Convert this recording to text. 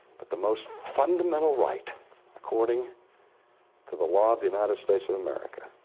but the most fundamental right according to the law of the united states of america